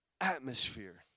atmosphere